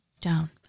down